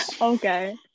Okay